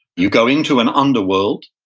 you go into an underworld.